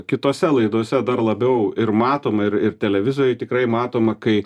kitose laidose dar labiau ir matoma ir ir televizijoj tikrai matoma kai